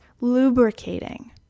lubricating